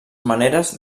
maneres